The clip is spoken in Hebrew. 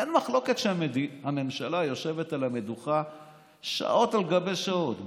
אין מחלוקת שהממשלה יושבת על המדוכה שעות על גבי שעות,